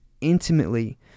intimately